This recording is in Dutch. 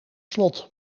slot